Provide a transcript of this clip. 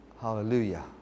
Hallelujah